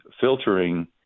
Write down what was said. filtering